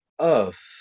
earth